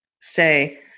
say